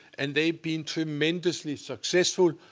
and they've been tremendously successful.